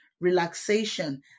relaxation